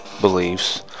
beliefs